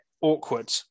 awkward